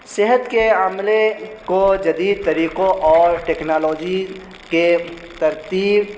صحت کے عملے کو جدید طریقوں اور ٹیکنالوجی کے ترتیب